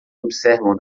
observam